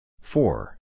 four